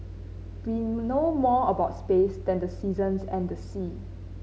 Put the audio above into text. we know more about space than the seasons and the sea